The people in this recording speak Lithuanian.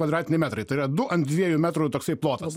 kvadratiniai metrai tai yra du ant dviejų metrų toksai plotas